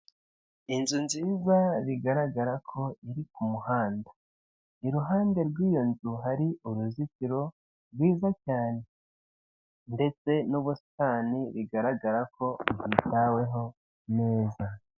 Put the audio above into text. Inzu nziza bigaragara ko iri ku muhandamiruhande rw'iyo nzu hari uruzitiro rwiza cyane ndetse n'ubusitani bigaragara ko bwitaweho neza.